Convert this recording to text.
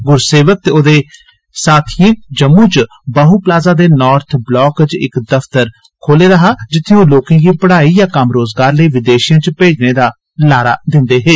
गुरसेवक ते ओदे साथिएं जम्मू च बहूप्लासा दे नार्थ ब्लाक च इक दफ्तर खोले दा हा जित्थें ओ लोकें गी पढ़ाई जां कम्म रोजगार लेई विदेशें च भेजने दा लारा दिंदे हे